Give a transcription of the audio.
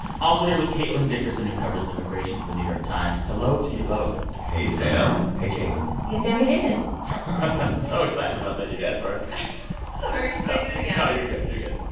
also here with caitlin dickerson, who covers immigration for the new york times. hello to you both hey, sam. hey, caitlin hey, sam. hey, david so excited about that, you guys were sorry. should i do it again? no, you're good. you're good.